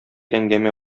әңгәмә